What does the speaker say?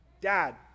Dad